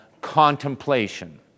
contemplation